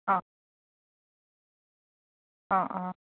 অঁ অঁ অঁ